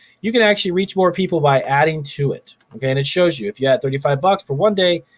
you can actually reach more people by adding to it and it shows you, if you add thirty five bucks for one day,